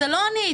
זה לא אני,